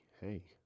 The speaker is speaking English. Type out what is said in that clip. hey